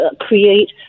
create